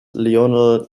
lionel